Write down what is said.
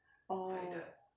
orh